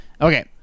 Okay